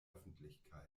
öffentlichkeit